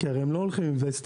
כי הרי הם לא הולכים עם ווסטים.